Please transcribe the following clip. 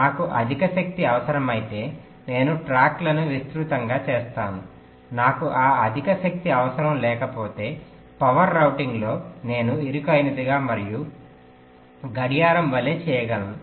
నాకు అధిక శక్తి అవసరమైతే నేను ట్రాక్లను విస్తృతంగా చేస్తాను నాకు ఆ అధిక శక్తి అవసరం లేకపోతే పవర్ రౌటింగ్లో నేను ఇరుకైనదిగా మరియు గడియారం వలె చేయగలను